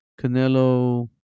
Canelo